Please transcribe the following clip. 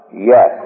Yes